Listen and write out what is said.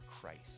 Christ